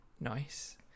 nice